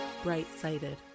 bright-sighted